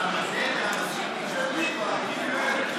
להזכירך,